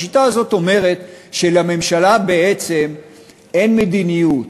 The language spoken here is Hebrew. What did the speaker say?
השיטה הזאת אומרת שלממשלה בעצם אין מדיניות.